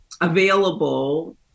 available